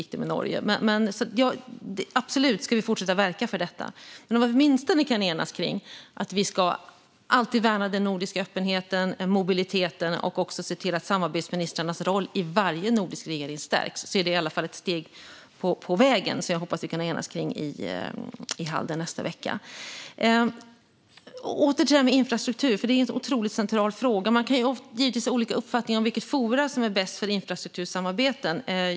Vi ska absolut fortsätta att verka för detta. Vad vi åtminstone kan enas kring är att vi alltid ska värna den nordiska öppenheten och mobiliteten och att vi ska se till att samarbetsministrarnas roll i varje nordisk regering stärks. Det är i alla fall ett steg på vägen som jag hoppas att vi kan enas kring i Halden nästa vecka. Åter till infrastrukturen, som är en otroligt central fråga! Man kan givetvis ha olika uppfattningar om vilket forum som är bäst för infrastruktursamarbeten.